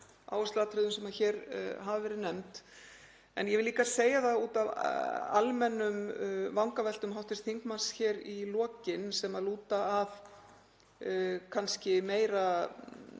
áhersluatriðum sem hér hafa verið nefnd. En ég vil líka segja það, út af almennum vangaveltum hv. þingmanns hér í lokin, sem lúta kannski meira að